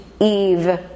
Eve